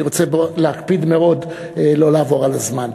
אני רוצה להקפיד מאוד לא לעבור על הזמן.